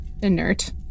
inert